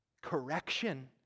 correction